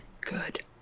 Good